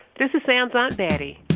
this is sam's aunt betty.